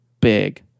big